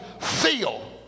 feel